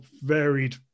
varied